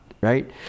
right